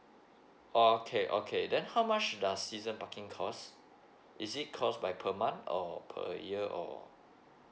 okay okay then how much does season parking cost is it cost by per month or per year or